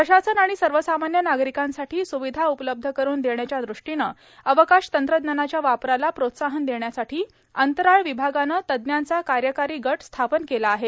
प्रशासन आणि सर्वसामान्य नागरिकांसाठी सुविधा उपलब्ध करून देण्याच्या दृष्टीनं अवकाश तंत्रज्ञानाच्या वापराला प्रोत्साहन देण्यासाठी अंतराळ विभागानं तज्ञांचा कार्यकारी गट स्थापन केला आहे